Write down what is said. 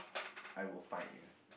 I will find ya